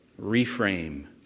reframe